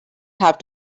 have